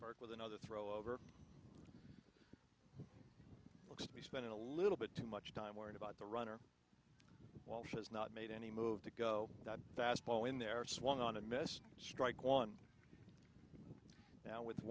pivot arc with another throw over looks to be spending a little bit too much time worrying about the runner while she has not made any move to go that fast ball in their swung on and miss strike one now with